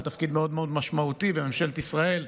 לתפקיד מאוד מאוד משמעותי בממשלת ישראל,